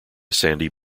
sandy